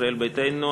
ישראל ביתנו,